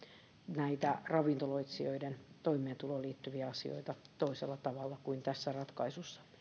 näitä ravintoloitsijoiden toimeentuloon liittyviä asioita toisella tavalla kuin tässä ratkaisussa